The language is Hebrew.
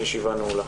הישיבה נעולה.